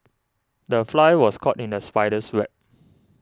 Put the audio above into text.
the fly was caught in the spider's web